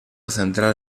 central